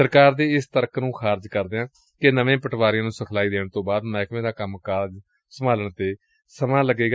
ਸਰਕਾਰ ਦੇ ਇਸ ਤਰਕ ਨੰ ਖਾਰਜ ਕਰਦਿਆਂ ਕਿਹਾ ਕਿ ਨਵੇਂ ਪਟਵਾਰੀਆਂ ਨੂੰ ਸਿਖਲਾਈ ਦੇਣ ਤੋਂ ਬਾਅਦ ਮਹਿਕਮੇ ਦਾ ਕੰਮ ਕਾਜ ਸੰਭਾਲਣ ਉਂਤੇ ਸਮਾਂ ਲੱਗੋਗਾ